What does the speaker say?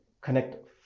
connect